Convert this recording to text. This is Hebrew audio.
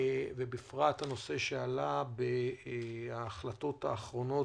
ובפרט הנושא שעלה בהחלטות האחרונות,